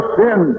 sin